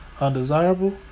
undesirable